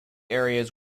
areas